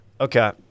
Okay